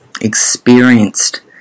experienced